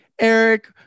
eric